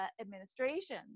administration